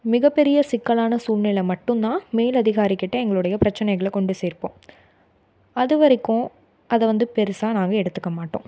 மிகப்பெரிய சிக்கலான சூழ்நிலை மட்டும்தான் மேலதிகாரிக்கிட்டே எங்களுடைய பிரச்சினைகள கொண்டு சேர்ப்போம் அது வரைக்கும் அதை வந்து பெருசாக நாங்கள் எடுத்துக்க மாட்டோம்